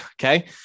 Okay